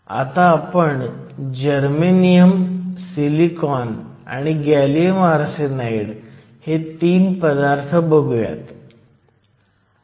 आता आपण germanium silicon आणि गॅलियम आर्सेनाईड हे 3 पदार्थ बघुयात